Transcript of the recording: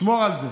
תשמור על זה.